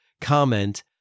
comment